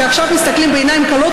שעכשיו מסתכלים בעיניים כלות,